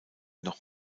noch